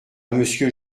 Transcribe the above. monsieur